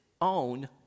own